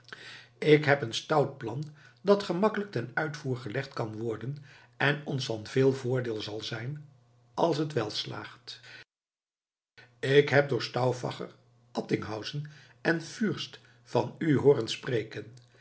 ik heb een stout plan dat gemakkelijk ten uitvoer gelegd kan worden en ons van veel voordeel zal zijn als het welslaagt ik heb door stauffacher attinghausen en fürst van u hooren spreken